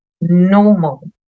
normal